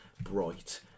Bright